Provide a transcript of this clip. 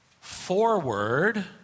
forward